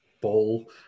ball